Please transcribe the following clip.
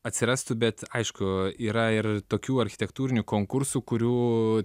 atsirastų bet aišku yra ir tokių architektūrinių konkursų kurių